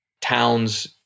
town's